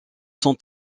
sont